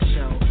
Show